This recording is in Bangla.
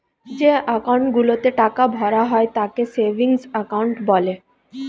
যে অ্যাকাউন্ট গুলোতে টাকা ভরা হয় তাকে সেভিংস অ্যাকাউন্ট বলে